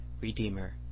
Redeemer